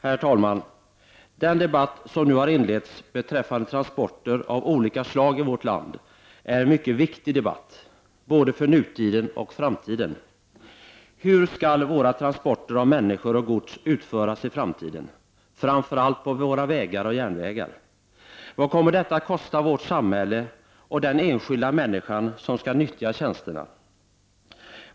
Herr talman! Den debatt som nu har inletts beträffande transporter av olika slag i vårt land, är en mycket viktig debatt, för både nutiden och framtiden. Hur skall våra transporter av människor och gods utföras i framtiden, framför allt på våra vägar och järnvägar? Vad kommer detta att kosta vårt samhälle och den enskilda människan som skall nyttja tjänsterna?